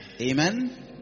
Amen